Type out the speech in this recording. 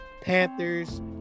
Panthers